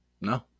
No